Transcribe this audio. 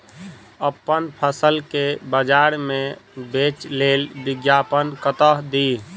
अप्पन फसल केँ बजार मे बेच लेल विज्ञापन कतह दी?